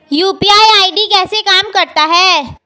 UPI ID कैसे काम करता है?